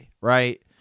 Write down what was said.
right